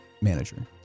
manager